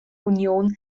union